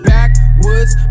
Backwoods